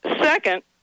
second